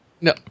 no